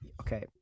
okay